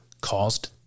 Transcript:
caused